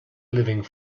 living